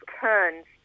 turns